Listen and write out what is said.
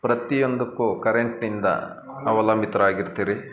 ಪ್ರತಿಯೊಂದಕ್ಕೂ ಕರೆಂಟ್ನಿಂದ ಅವಲಂಬಿತರಾಗಿರ್ತೀರಿ